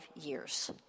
years